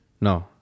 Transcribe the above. No